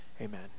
amen